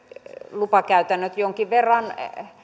lupakäytännöt jonkin verran